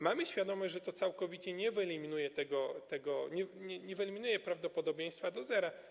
Mamy świadomość, że to całkowicie nie wyeliminuje tego, nie wyeliminuje prawdopodobieństwa do zera.